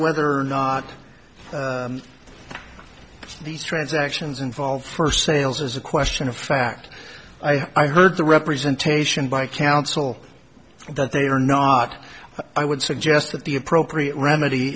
whether or not these transactions involve first sales is a question of fact i heard the representation by counsel that they are not i would suggest that the appropriate remedy